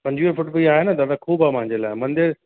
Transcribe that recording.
पंजुवीह फूट बि आहे न दादा ख़ूबु आहे मुंहिंजे लाइ मंदरु